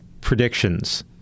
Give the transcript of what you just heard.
predictions